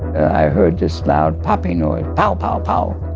i heard this loud popping noise pow, pow, pow